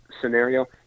scenario